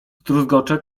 zdruzgoce